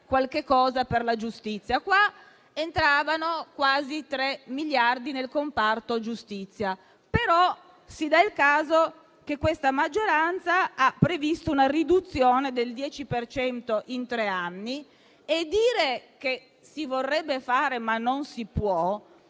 virgola" per la giustizia. Qua entravano quasi 3 miliardi nel comparto giustizia. Si dà il caso, però, che questa maggioranza abbia previsto una riduzione del 10 per cento in tre anni e dire che si vorrebbe fare, ma non si può